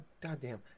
goddamn